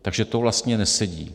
Takže to vlastně nesedí.